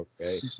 Okay